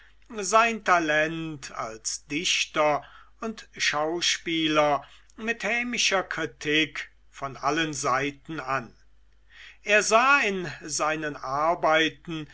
sein talent als dichter und schauspieler mit hämischer kritik von allen seiten an er sah in seinen arbeiten